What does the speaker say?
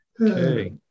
Okay